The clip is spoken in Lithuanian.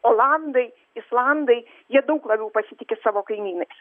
olandai islandai jie daug labiau pasitiki savo kaimynais